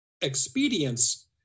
expedience